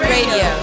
Radio